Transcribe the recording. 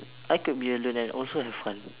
I could be alone and also have fun